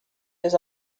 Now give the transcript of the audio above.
his